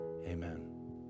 amen